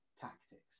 tactics